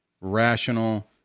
rational